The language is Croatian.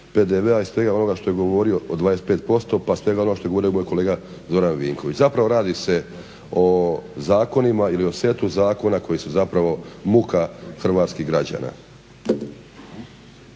Hrvatske, počevši od PDV-a od 25% pa svega onoga što je govorio moj kolega Zoran Vinković. Zapravo radi se o zakonima ili o setu zakona koji su zapravo muka hrvatskih građana.